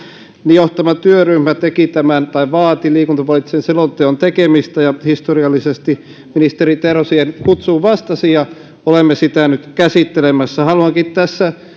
johtama työryhmä vaati liikuntapoliittisen selonteon tekemistä ja historiallisesti ministeri terho siihen kutsuun vastasi ja olemme sitä nyt käsittelemässä haluankin tässä